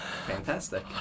Fantastic